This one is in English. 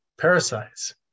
parasites